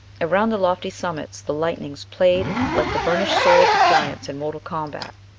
around the lofty summits the lightnings played like the burnished swords of giants in mortal combat,